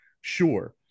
Sure